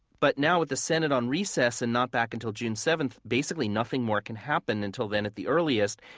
but now with the senate on recess and not back until june seventh, basically nothing more can happen until then at the earliest.